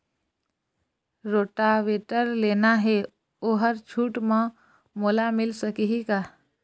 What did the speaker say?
Rotavator लेना हे ओहर छूट म मोला मिल सकही का?